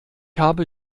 habe